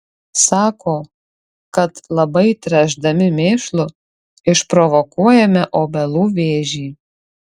sako kad labai tręšdami mėšlu išprovokuojame obelų vėžį